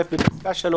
(א)בפסקה (3),